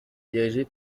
dirigée